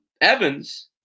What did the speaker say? Evans